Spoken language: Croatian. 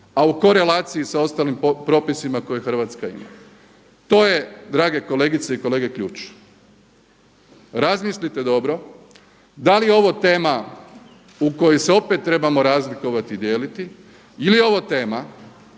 a u korelaciji s ostalim propisima koje Hrvatska ima. To je drage kolegice i kolege ključ. Razmislite dobro, da li je ovo tema u kojoj se trebamo opet razlikovati i dijeliti ili je ovo tema